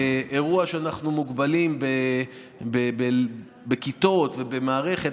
באירוע שאנחנו מוגבלים בכיתות ובמערכת